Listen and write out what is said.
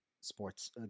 sports